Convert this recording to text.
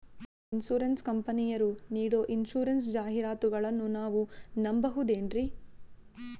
Insurance ಕಂಪನಿಯರು ನೀಡೋ insurance ಜಾಹಿರಾತುಗಳನ್ನು ನಾವು ನಂಬಹುದೇನ್ರಿ?